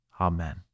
Amen